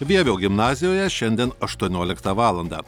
vievio gimnazijoje šiandien aštuonioliktą valandą